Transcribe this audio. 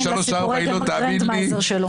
לא תאמין לסיפורי הגרנדמייזר שלו.